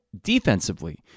defensively